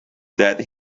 that